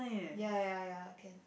ya ya ya can